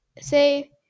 say